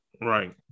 Right